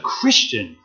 Christian